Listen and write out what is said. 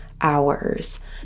hours